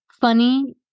funny